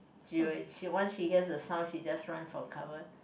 she will once she hears a sound she just run for cover